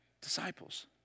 disciples